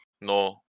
no